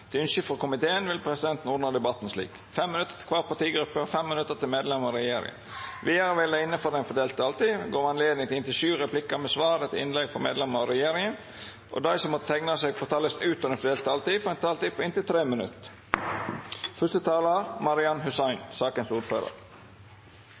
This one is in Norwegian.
minutt til medlemer av regjeringa. Vidare vil det – innanfor den fordelte taletida – verta gjeve anledning til inntil sju replikkar med svar etter innlegg frå medlemer av regjeringa. Dei som måtte teikna seg på talarlista utover den fordelte taletida, får ei taletid på inntil 3 minutt.